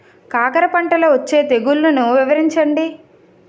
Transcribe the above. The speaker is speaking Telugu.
కాకర పంటలో వచ్చే తెగుళ్లను వివరించండి?